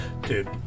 dude